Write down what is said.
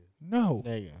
No